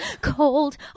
cold